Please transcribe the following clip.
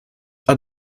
are